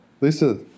Lisa